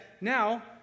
Now